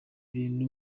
bintu